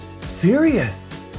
serious